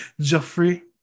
Jeffrey